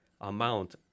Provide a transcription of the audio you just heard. amount